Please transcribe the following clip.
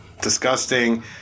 disgusting